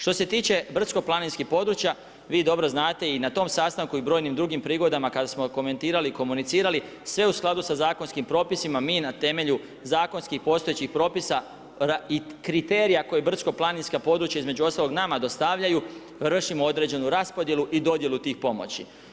Što se tiče brdsko-planinskih područja vi dobro znate na tom sastanku i brojnim drugim prigodama kada smo komentirali, komunicirali sve u skladu sa zakonskim propisima mi na temelju zakonskih postojećih propisa i kriterija koja brdsko-planinska područja između ostalog nama dostavljaju vršimo određenu raspodjelu i dodjelu tih pomoći.